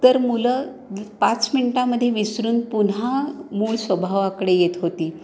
तर मुलं पाच मिनटामध्ये विसरून पुन्हा मूळ स्वभावाकडे येत होती